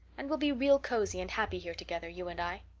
and we'll be real cozy and happy here together, you and i.